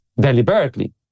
deliberately